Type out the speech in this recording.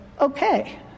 okay